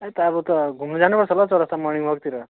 हैट अब त घुम्नु जानुपर्छ होला हौ चौरास्ता मर्निङ वर्कतिर